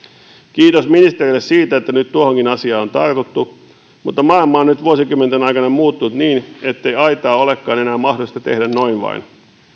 kiitos ministerille siitä että nyt tuohonkin asiaan on tartuttu mutta maailma on nyt vuosikymmenten aikana muuttunut niin ettei aitaa olekaan enää mahdollista tehdä noin vain